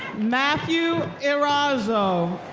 matthew erazo.